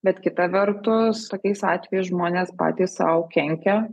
bet kita vertus tokiais atvejais žmonės patys sau kenkia